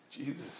Jesus